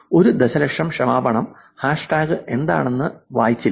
ഒരു ദശലക്ഷം ക്ഷമാപണം ഹാഷ്ടാഗ് എന്താണെന്ന് വായിച്ചില്ല